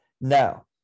Now